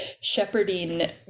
shepherding